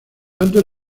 tanto